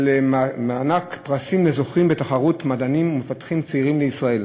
מענק פרסים לזוכים בתחרות מדענים ומפתחים צעירים בישראל.